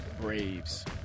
Braves